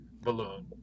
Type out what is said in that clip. balloon